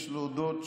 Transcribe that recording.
יש להודות,